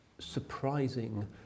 surprising